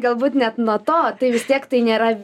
galbūt net nuo to tai vis tiek tai nėra